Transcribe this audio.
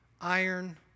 iron